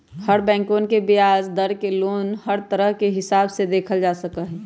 हर बैंकवन के ब्याज दर के लोन हर तरह के हिसाब से देखल जा सका हई